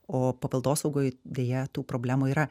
o paveldosaugoj deja tų problemų yra